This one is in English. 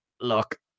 look